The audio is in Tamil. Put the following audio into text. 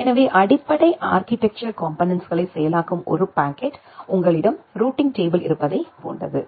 எனவே அடிப்படை ஆர்கிடெக்சர் காம்போனென்ட்ஸ்களை செயலாக்கும் ஒரு பாக்கெட் உங்களிடம் ரூட்டிங் டேபிள் இருப்பதைப் போன்றது